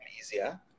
easier